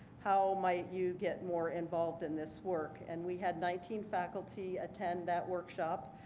how might you get more involved in this work, and we had nineteen faculty attend that workshop.